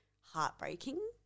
heartbreaking